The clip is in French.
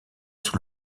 sous